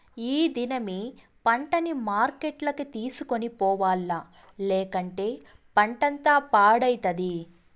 ఈ దినమే పంటని మార్కెట్లకి తోలుకొని పోవాల్ల, లేకంటే పంటంతా పాడైతది